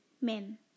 men